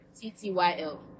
T-T-Y-L